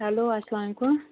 hello اَسلام علیکُم